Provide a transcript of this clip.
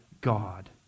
God